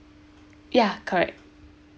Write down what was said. ya correct